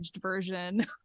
version